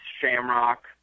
Shamrock